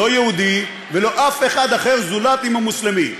לא יהודי ולא אף אחד אחר זולת מוסלמי,